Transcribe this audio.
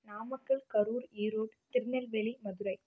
Namakkal Karur Erode Tirunelveli Madurai